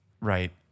right